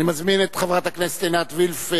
אני מזמין את חברת הכנסת עינת וילף.